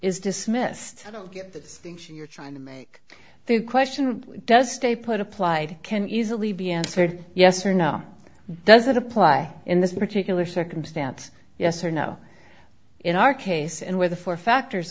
is dismissed as you're trying to make the question does stay put applied can easily be answered yes or no does it apply in this particular circumstance yes or no in our case and where the four factors